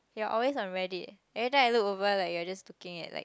you're always on Reddit every time I look over like you're just looking at like